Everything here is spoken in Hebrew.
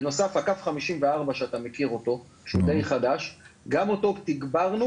בנוסף לכך קו 54 שאתה מכיר אותו שהוא די חדש גם אותו תגברנו,